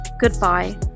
Goodbye